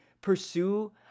pursue